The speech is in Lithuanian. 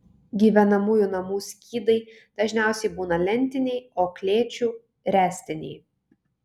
gyvenamųjų namų skydai dažniausiai būna lentiniai o klėčių ręstiniai